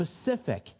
specific